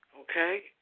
Okay